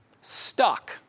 stuck